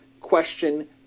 question